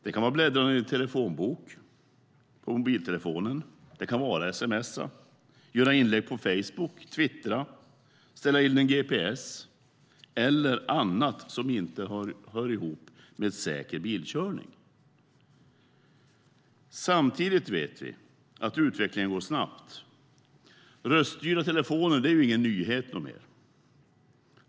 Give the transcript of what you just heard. Det kan vara att bläddra i en telefonbok på mobiltelefonen, att sms:a, att göra inlägg på Facebook, att twittra, att ställa in en gps eller att göra annat som inte hör ihop med säker bilkörning. Samtidigt vet vi att utvecklingen går snabbt. Röststyrda telefoner är ingen nyhet längre.